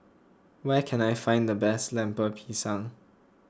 where can I find the best Lemper Pisang